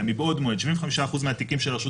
אלא מבעוד מועד 75% מהתיקים שהרשות